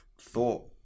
thought